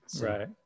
right